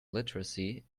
literacy